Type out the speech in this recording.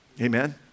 Amen